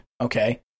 okay